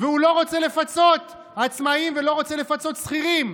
והוא לא רוצה לפצות עצמאים ולא רוצה לפצות שכירים?